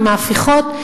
עם ההפיכות.